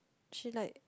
she like